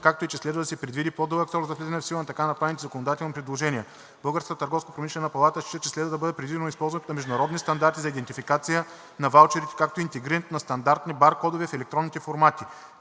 както и че следва да се предвиди по-дълъг срок за влизане в сила на така направените законодателни предложения. Българската търговско-промишлена палата счита, че следва да бъде предвидено използването на международни стандарти за идентификация на ваучерите, както и интегрирането на стандартни баркодове в електронните формати.